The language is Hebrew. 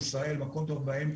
ישראל היא במקום טוב באמצע.